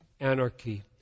anarchy